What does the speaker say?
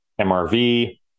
MRV